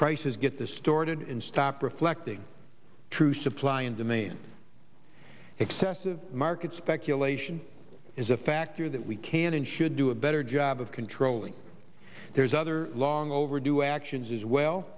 prices get the stored in stop reflecting true supply and demand excessive market speculation is a factor that we can and should do a better job of controlling there's other long overdue actions as well